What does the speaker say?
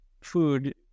food